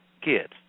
kids